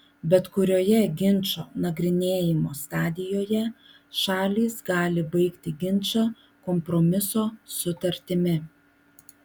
bet kurioje ginčo nagrinėjimo stadijoje šalys gali baigti ginčą kompromiso sutartimi